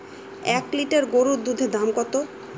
এক লিটার গরুর দুধের দাম কত?